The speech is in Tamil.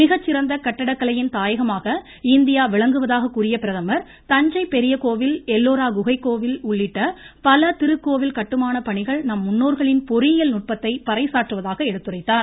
மிகச்சிறந்த கட்டடக்கலையின் தாயகமாக இந்தியா விளங்குவதாக கூறிய பிரதமா் தஞ்சை பெரியகோயில் எல்லோரா குகைக்கோவில் உள்ளிட்ட பல திருக்கோவில் கட்டுமான பணிகள் நம் முன்னோர்களின் பொறியியல் நுட்பத்தை பறைசாற்றுவதாக எடுத்துரைத்தார்